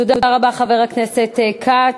תודה רבה, חבר הכנסת כץ.